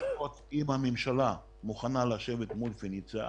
לראות אם הממשלה מוכנה לשבת מול "פניציה".